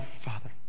Father